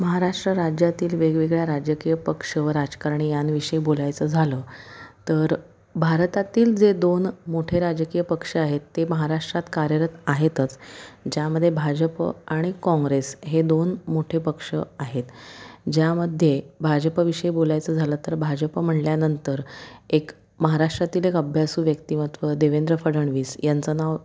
महाराष्ट्र राज्यातील वेगवेगळ्या राजकीय पक्ष व राजकारणी यांविषयी बोलायचं झालं तर भारतातील जे दोन मोठे राजकीय पक्ष आहेत ते महाराष्ट्रात कार्यरत आहेतच ज्यामध्ये भाजप आणि काँग्रेस हे दोन मोठे पक्ष आहेत ज्यामध्ये भाजप विषयी बोलायचं झालं तर भाजप म्हणल्यानंतर एक महाराष्ट्रातील एक अभ्यासू व्यक्तिमत्व देवेंद्र फडणवीस यांचं नाव